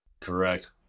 Correct